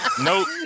Nope